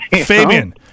Fabian